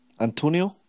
Antonio